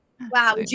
Wow